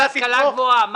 כן.